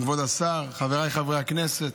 כבוד השר, חבריי חברי הכנסת,